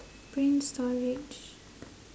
brain storage